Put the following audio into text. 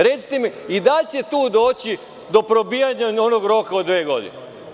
Recite mi i da li će tu doći do probijanja onog roka od dve godine?